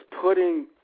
putting